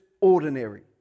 ordinary